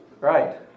Right